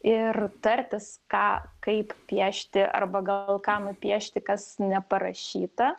ir tartis ką kaip piešti arba gal ką nupiešti kas neparašyta